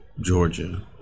Georgia